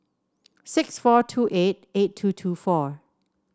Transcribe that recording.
six four two eight eight two two four